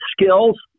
skills